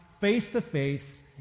face-to-face